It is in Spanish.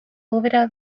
obra